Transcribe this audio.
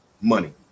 money